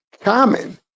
common